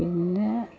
പിന്നേ